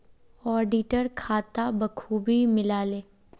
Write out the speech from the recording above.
auditor खाता बखूबी मिला ले